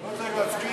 לא צריך להצביע?